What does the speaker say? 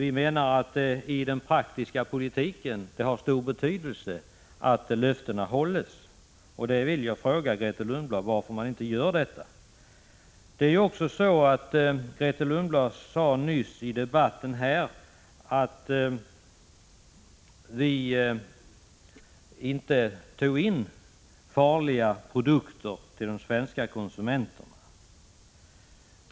I den praktiska politiken har det stor betydelse om löftena hålls. Jag vill fråga Grethe Lundblad varför man inte gör detta. Grethe Lundblad sade nyss i debatten att vi inte tar in farliga produkter till de svenska konsumenterna.